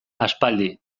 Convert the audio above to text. aspaldi